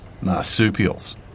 marsupials